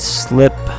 slip